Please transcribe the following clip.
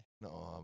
No